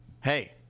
Hey